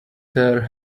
there